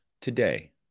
Today